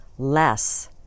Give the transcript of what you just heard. Less